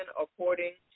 according